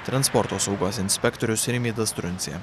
transporto saugos inspektorius rimvydas truncė